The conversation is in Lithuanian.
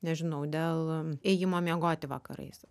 nežinau dėl ėjimo miegoti vakarais